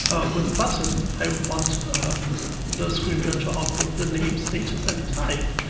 with the button, i want the screen reader to output the name, status, and type.